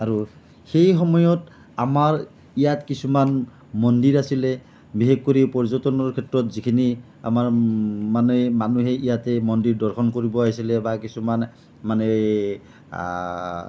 আৰু সেই সময়ত আমাৰ ইয়াত কিছুমান মন্দিৰ আছিলে বিশেষকৈ পৰ্যটনৰ ক্ষেত্ৰত যিখিনি আমাৰ মানে মানুহে ইয়াতে মন্দিৰ দৰ্শন কৰিব আহিছিলে বা কিছুমান মানে